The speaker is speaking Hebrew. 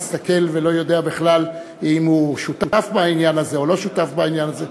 מסתכל ולא יודע בכלל אם הוא שותף בעניין הזה או לא שותף בעניין הזה.